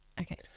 Okay